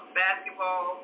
basketball